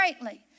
greatly